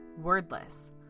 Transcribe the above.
Wordless